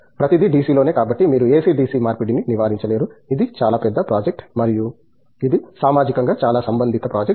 ప్రతిదీ DC లోనే కాబట్టి మీరు AC DC మార్పిడిని నివారించలేరు ఇది చాలా పెద్ద ప్రాజెక్ట్ మరియు ఇది సామాజికంగా చాలా సంబంధిత ప్రాజెక్ట్